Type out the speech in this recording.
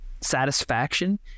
satisfaction